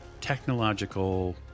technological